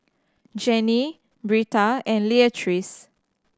Janie Britta and Leatrice